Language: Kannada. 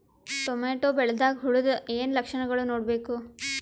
ಟೊಮೇಟೊ ಬೆಳಿದಾಗ್ ಹುಳದ ಏನ್ ಲಕ್ಷಣಗಳು ನೋಡ್ಬೇಕು?